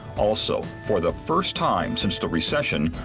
also, for the first time since the recession,